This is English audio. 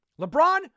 LeBron